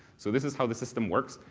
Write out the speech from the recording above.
so this is how the system works,